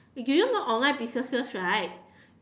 do you know online businesses right